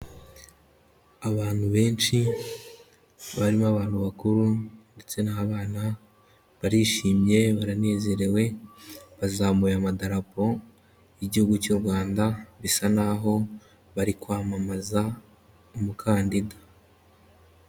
Abantu benshi, barimo abantu bakuru ndetse n'abana barishimye baranezerewe bazamuye amadarapo y'Igihugu cy'u Rwanda bisa naho bari kwamamaza umukandida.